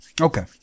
Okay